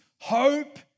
hope